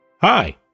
Hi